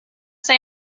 say